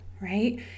right